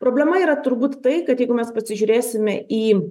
problema yra turbūt tai kad jeigu mes pasižiūrėsime į